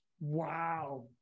Wow